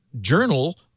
journal